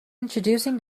introducing